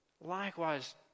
Likewise